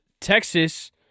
Texas